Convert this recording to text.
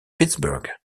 pittsburgh